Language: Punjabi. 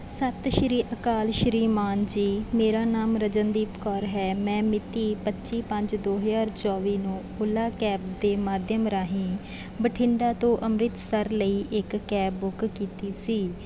ਸਤਿ ਸ਼੍ਰੀ ਅਕਾਲ ਸ਼੍ਰੀਮਾਨ ਜੀ ਮੇਰਾ ਨਾਮ ਰਜਨਦੀਪ ਕੌਰ ਹੈ ਮੈਂ ਮਿਤੀ ਪੱਚੀ ਪੰਜ ਦੋ ਹਜ਼ਾਰ ਚੌਵੀ ਨੂੰ ਓਲਾ ਕੈਬਸ ਦੇ ਮਾਧਿਅਮ ਰਾਹੀਂ ਬਠਿੰਡਾ ਤੋਂ ਅੰਮ੍ਰਿਤਸਰ ਲਈ ਇੱਕ ਕੈਬ ਬੁੱਕ ਕੀਤੀ ਸੀ